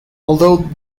although